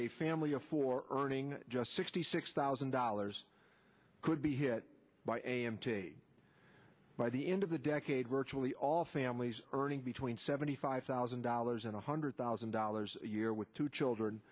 a family of four earning just sixty six thousand dollars could be hit by a m t by the end of the decade virtually all families earning between seventy five thousand dollars and one hundred thousand dollars a year with two children